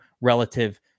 relative